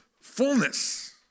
fullness